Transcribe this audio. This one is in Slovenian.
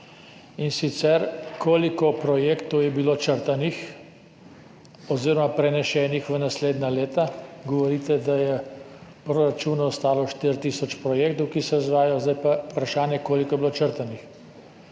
In sicer: Koliko projektov je bilo črtanih oziroma prenesenih v naslednja leta? Govorite, da je v proračunu ostalo 4 tisoč projektov, ki se izvajajo, zdaj je pa vprašanje, koliko je bilo črtanih,